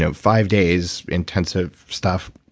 ah five days intensive stuff.